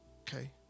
Okay